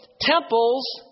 temples